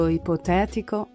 ipotetico